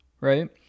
Right